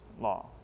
law